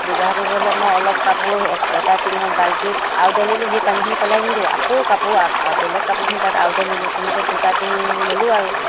ব্যৱহাৰ কৰিব হ'লে মই অলপ কাপোৰ এটা টিঙৰ বাল্টিত আওদালিলো সেই পানীখিনি পেলাই নিদিওঁ আকৌ কাপোৰ বেলেগ কাপোৰখিনি তাত আওদালিলো তেনেকৈ দুটা টিং ল'লো আৰু